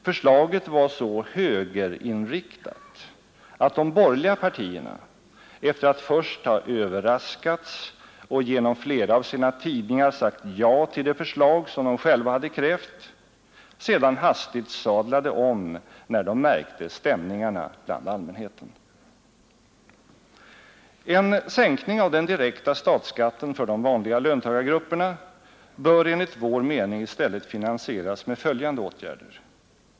Förslaget var så högerinriktat att de borgerliga partierna — efter att först ha överraskats och genom flera av sina tidningar sagt ja till det förslag som de själva hade krävt — sedan hastigt sadlade om, när de märkte stämningarna bland allmänheten. En sänkning av den direkta statsskatten för de vanliga löntagargrupperna bör enligt vår mening i stället fianansieras med följande åtgärder.